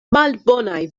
malbonaj